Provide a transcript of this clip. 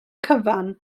cyfan